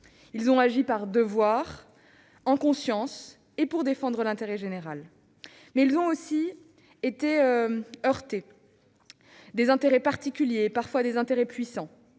Ils ont agi par devoir, en conscience, ou pour défendre l'intérêt général. Mais ils ont aussi heurté des intérêts particuliers, parfois puissants.